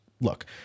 look